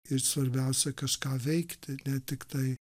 ir svarbiausia kažką veikti ne tiktai